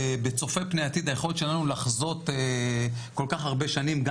בצופה פני עתיד היכולת שלנו לחזות כל כך הרבה שנים גם